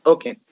Okay